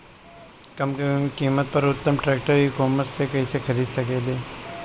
कम कीमत पर उत्तम ट्रैक्टर ई कॉमर्स से कइसे खरीद सकिले?